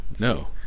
no